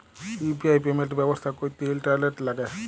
UPI payment ব্যবস্থা ক্যরতে internet ল্যাগে